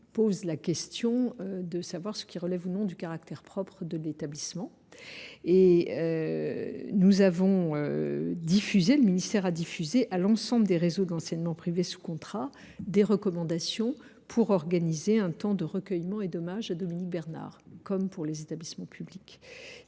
la question de ce qui relève du caractère propre d’un l’établissement. Le ministère a diffusé à l’ensemble des réseaux d’enseignement privé sous contrat des recommandations pour organiser un temps de recueillement et d’hommage à Dominique Bernard, comme dans les établissements publics.